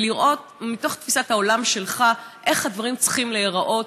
ולראות מתוך תפיסת העולם שלך איך הדברים צריכים להיראות,